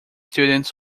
students